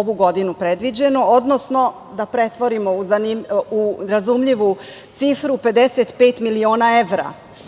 ovu godinu predviđeno, odnosno da pretvorimo u razumljivu cifru 55 miliona evra,